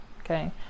Okay